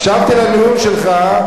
הקשבתי לנאום שלך,